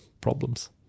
problems